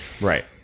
Right